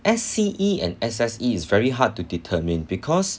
S_C_E and S_S_E is very hard to determine because